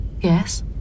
Yes